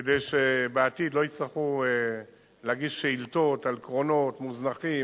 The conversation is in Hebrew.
כדי שבעתיד לא יצטרכו להגיש שאילתות על קרונות מוזנחים,